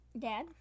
Dad